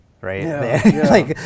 right